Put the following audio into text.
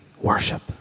Worship